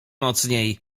mocniej